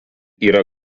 yra